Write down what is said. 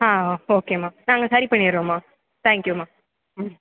ஆ ஓ ஓகேமா நாங்கள் சரி பண்ணிகிறோம்மா தேங்க்யூமா ம்